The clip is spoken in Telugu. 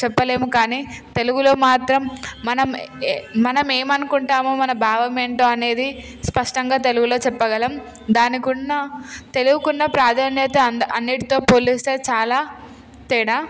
చెప్పలేము కానీ తెలుగులో మాత్రం మనం ఏ మనం ఏమనుకుంటామో మన భావం ఏంటో అనేది స్పష్టంగా తెలుగులో చెప్పగలం దానికున్న తెలుగుకు ఉన్న ప్రాధాన్యత అన్నిటితో పోలిస్తే చాలా తేడా